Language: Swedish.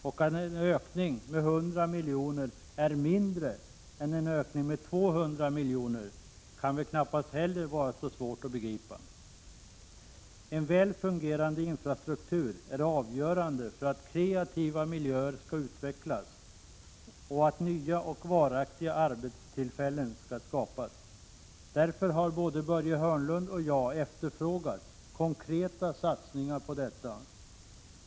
Och att en ökning med 100 miljoner är mindre än en ökning med 200 miljoner kan väl knappast heller vara så svårt att begripa? En väl fungerande infrastruktur är avgörande för att kreativa miljöer skall utvecklas och för att nya och varaktiga arbetstillfällen skall skapas. Därför har både Börje Hörnlund och jag efterfrågat konkreta satsningar i fråga om detta.